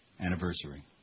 anniversary